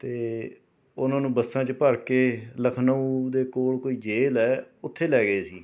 ਅਤੇ ਉਹਨਾਂ ਨੂੰ ਬੱਸਾਂ 'ਚ ਭਰ ਕੇ ਲਖਨਊ ਦੇ ਕੋਲ ਕੋਈ ਜੇਲ੍ਹ ਹੈ ਉੱਥੇ ਲੈ ਗਏ ਸੀ